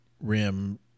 rim